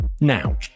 Now